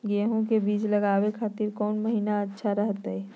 गेहूं के बीज लगावे के खातिर कौन महीना अच्छा रहतय?